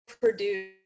produce